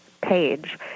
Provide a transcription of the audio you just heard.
page